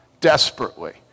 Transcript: desperately